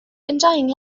enjoying